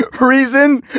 reason